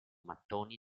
mattoni